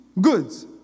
goods